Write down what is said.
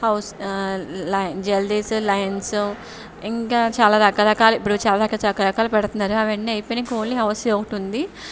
house lines జల్దీస్ lines ఇంకా చాలా రకరకాల ఇప్పుడు చాలా రక రకరకాలు పెడుతున్నారు అవన్నీ అయిపోయినాయి ఇంక ఓన్లీ హౌసీ ఒకటి ఉంది